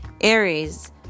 Aries